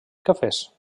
cafès